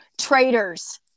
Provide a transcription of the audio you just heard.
traitors